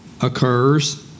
occurs